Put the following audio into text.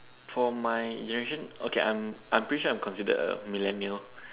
for my generation okay I'm I'm pretty sure I'm considered a millennial